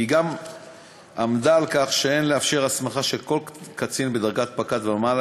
היא גם עמדה על כך שאין לאפשר הסמכה של כל קצין בדרגת פקד ומעלה,